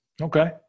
Okay